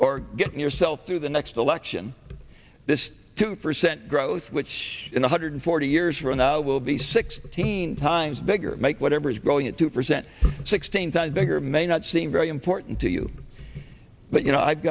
or getting yourself through the next election this two percent growth which is one hundred forty years from now will be sixteen times bigger make whatever is growing at two percent sixteen times bigger may not seem very important to you but you know i've